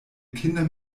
kinder